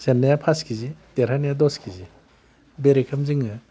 जेननाया फास किजि देरहानाया दस किजि बे रोखोम जोङो